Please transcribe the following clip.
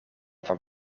van